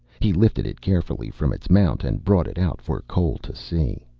he lifted it carefully from its mount and brought it out for cole to see.